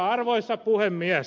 arvoisa puhemies